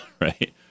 right